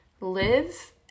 live